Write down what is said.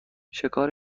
شکار